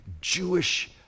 Jewish